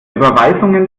überweisungen